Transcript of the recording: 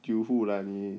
久户啦你